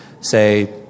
say